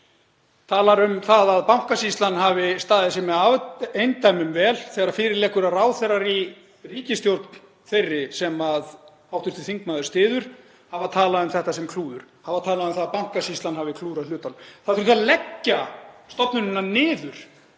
talar um það að Bankasýslan hafi staðið sig með eindæmum vel þegar fyrir liggur að ráðherrar í ríkisstjórn þeirri sem hv. þingmaður styður hafa talað um þetta sem klúður, hafa talað um að Bankasýslan hafi klúðrað hlutunum. Það þurfti að leggja stofnunina niður,